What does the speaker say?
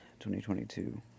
2022